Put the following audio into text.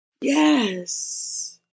Yes